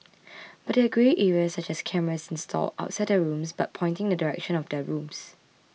but there are grey areas such as cameras installed outside their rooms but pointing in the direction of their rooms